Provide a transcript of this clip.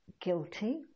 guilty